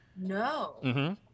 No